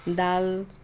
दाल